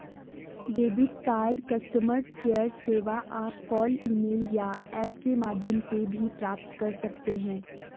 debit card customer care सेवा आप call email या ऐप के माध्यम से भी प्राप्त कर सकते हैं